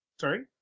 Sorry